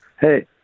Hey